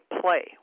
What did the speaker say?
play